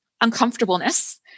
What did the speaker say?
uncomfortableness